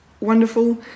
wonderful